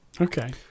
Okay